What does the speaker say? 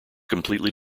completely